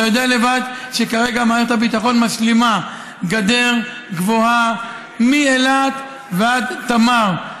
אתה יודע לבד שכרגע מערכת הביטחון משלימה גדר גבוהה מאילת ועד תמר,